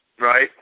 right